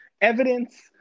evidence